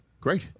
Great